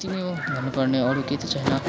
यति नै हो भन्नु पर्ने अरू केही त छैन